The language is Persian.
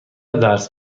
درس